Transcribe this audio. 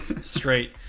straight